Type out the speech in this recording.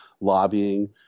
lobbying –